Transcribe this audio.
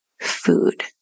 food